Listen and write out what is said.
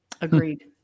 Agreed